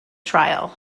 trial